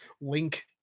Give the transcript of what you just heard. link